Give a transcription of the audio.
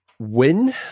win